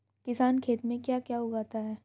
किसान खेत में क्या क्या उगाता है?